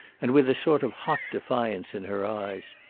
and with a sort of hot defiance in her eyes.